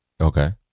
Okay